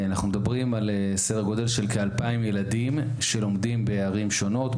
אנחנו מדברים על סדר גודל של כ-2000 ילדים שלומדים בערים שונות,